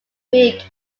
weak